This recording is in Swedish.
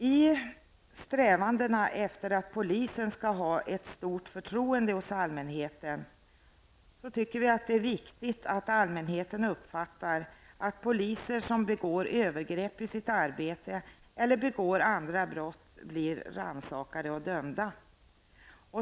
I strävandena efter att polisen skall ha ett stort förtroende hos allmänheten tycker vi att det är viktigt att allmänheten uppfattar att poliser som begår övergrepp i sitt arbete eller begår andra brott blir rannsakade och dömda.